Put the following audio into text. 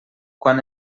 quan